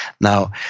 Now